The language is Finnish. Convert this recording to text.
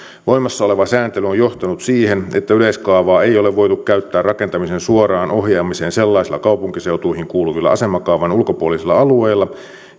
voimassa oleva sääntely on johtanut siihen että yleiskaavaa ei ole voitu käyttää rakentamisen suoraan ohjaamiseen sellaisilla kaupunkiseutuihin kuuluvilla asemakaavan ulkopuolisilla alueilla